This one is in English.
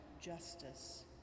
justice